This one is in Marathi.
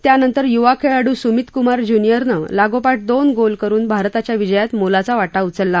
त्यानंतर युवा खेळाडू सुमित कुमार ज्युनियरनं लागोपाठ दोन गोल करून भारताच्या विजयात मोलाचा वाटा उचलला